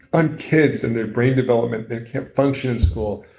on kids and their brain development. they can't function in school.